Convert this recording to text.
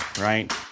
right